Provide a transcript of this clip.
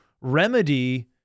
remedy